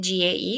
GAE